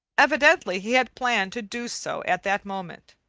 evidently he had planned to do so at that moment.